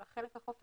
על החלק החופף,